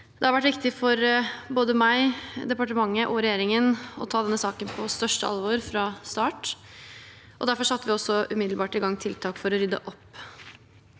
Det har vært viktig for både meg, departementet og regjeringen å ta denne saken på største alvor fra start. Derfor satte vi også umiddelbart i gang tiltak for å rydde opp.